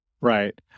Right